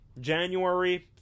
January